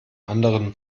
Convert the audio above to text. anderen